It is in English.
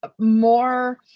more